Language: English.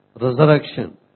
resurrection